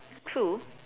true